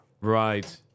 Right